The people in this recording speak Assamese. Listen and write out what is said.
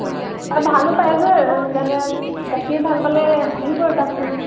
আৰু ভালো পায় যে সেইকাৰণে গাখীৰ ভাল পালে আহিবয়ে কাষ্টমাৰ